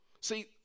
See